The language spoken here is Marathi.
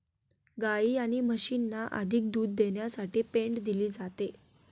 गायी आणि म्हशींना अधिक दूध देण्यासाठी पेंड दिली जाते